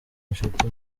inshuti